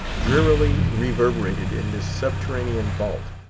drearily reverberated in this subterranean vault.